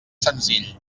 senzill